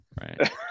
Right